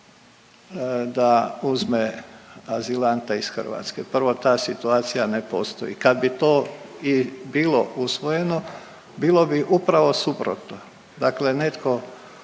da uzme azilante iz Hrvatske. Prvo, ta situacija ne postoji. Kad bi to i bilo usvojeno bilo bi upravo suprotno. Dakle netko